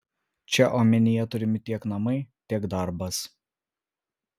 čia omenyje turimi tiek namai tiek darbas